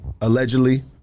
Allegedly